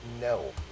no